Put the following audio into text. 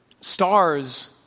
Stars